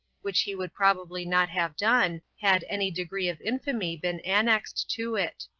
which he would probably not have done, had any degree of infamy been annexed to it.